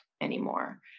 anymore